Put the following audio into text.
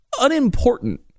unimportant